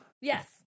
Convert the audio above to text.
Yes